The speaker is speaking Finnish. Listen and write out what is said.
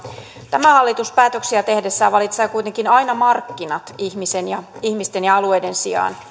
tämä hallitus päätöksiä tehdessään valitsee kuitenkin aina markkinat ihmisten ja alueiden sijaan